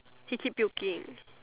he keep puking